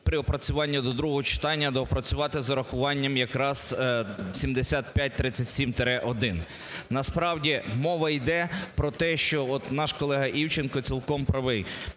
при опрацюванні до другого читання доопрацювати з урахуванням якраз 7537-1. Насправді, мова йде про те, що от наш колега Івченко цілком правий,